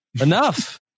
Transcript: Enough